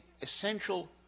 essential